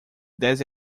dez